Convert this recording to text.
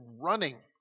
running